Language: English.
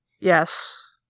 Yes